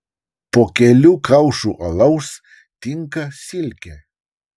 po kelių kaušų alaus tinka silkė